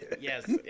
yes